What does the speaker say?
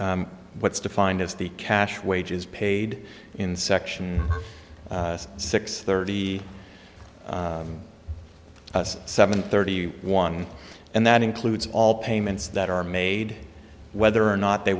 what's defined as the cash wages paid in section six thirty seven thirty one and that includes all payments that are made whether or not they